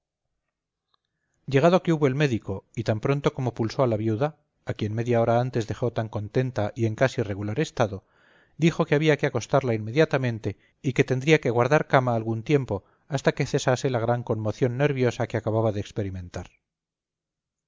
llegado que hubo el médico y tan pronto como pulsó a la viuda a quien media hora antes dejó tan contenta y en casi regular estado dijo que había que acostarla inmediatamente y que tendría que guardar cama algún tiempo hasta que cesase la gran conmoción nerviosa que acababa de experimentar